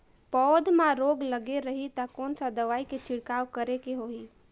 पौध मां रोग लगे रही ता कोन सा दवाई के छिड़काव करेके होही?